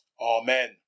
Amen